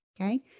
okay